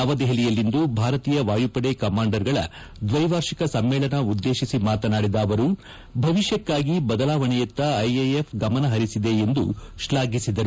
ನವದೆಪಲಿಯಲ್ಲಿಂದು ಭಾರತೀಯ ವಾಯುಪಡೆ ಕಮಾಂಡರ್ಗಳ ದ್ವೈವಾರ್ಷಿಕ ಸಮ್ಮೇಳನ ಉದ್ದೇಶಿಸಿ ಮಾತನಾಡಿದ ಅವರು ಭವಿಷ್ಕಕ್ಷಾಗಿ ಬದಲಾವಣೆಯತ್ತ ಐಎಎಫ್ ಗಮನಹರಿಸಿದೆ ಎಂದು ಶ್ಲಾಘಿಸಿದರು